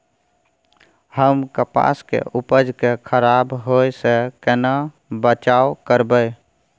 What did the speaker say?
हम कपास के उपज के खराब होय से केना बचाव करबै?